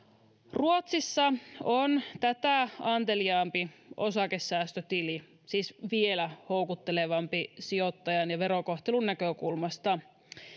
ruotsissa on tätä anteliaampi osakesäästötili siis vielä houkuttelevampi sijoittajan ja verokohtelun näkökulmasta